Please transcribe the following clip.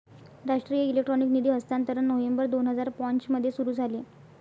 राष्ट्रीय इलेक्ट्रॉनिक निधी हस्तांतरण नोव्हेंबर दोन हजार पाँच मध्ये सुरू झाले